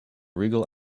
regal